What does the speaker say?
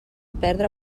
perdre